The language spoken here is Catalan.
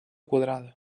quadrada